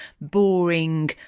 boring